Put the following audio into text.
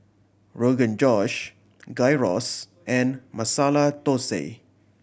Rogan Josh Gyros and Masala Dosa